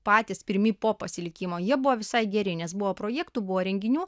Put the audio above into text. patys pirmi po pasilikimo jie buvo visai geri nes buvo projektų buvo renginių